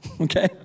okay